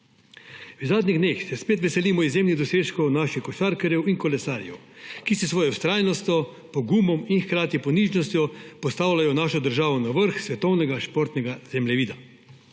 V zadnjih dneh se spet veselimo izjemnih dosežkov naših košarkarjev in kolesarjev, ki s svojo vztrajnostjo, pogumom in hkrati ponižnostjo postavljajo našo državo na vrh svetovnega športnega zemljevida.